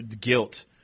guilt